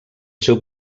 seu